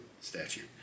statute